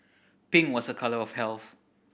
pink was a colour of health